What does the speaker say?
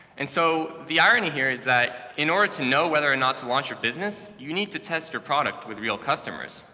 and so the irony here is that in order to know whether or not to launch your business, you need to test your product with real customers.